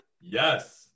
yes